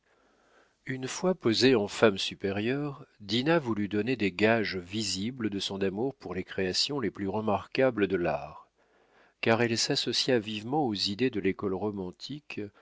une fois posée en femme supérieure dinah voulut donner des gages visibles de son amour pour les créations les plus remarquables de l'art car elle s'associa vivement aux idées de l'école romantique